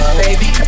baby